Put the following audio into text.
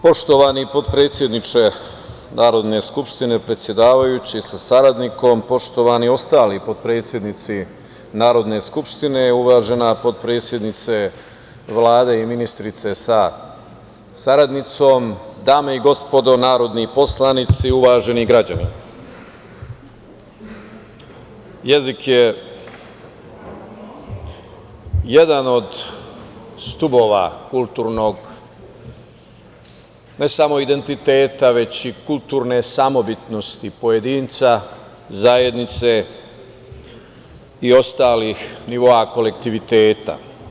Poštovani potpredsedniče Narodne skupštine, predsedavajući sa saradnikom, poštovani ostali potpredsednici Narodne skupštine, uvažena potpredsednice Vlade i ministrice sa saradnicom, dame i gospodo narodni poslanici, uvaženi građani, jezik je jedan od stubova kulturnog, ne samo identiteta, već i kulturne samobitnosti pojedinca, zajednice i ostalih nivoa kolektiviteta.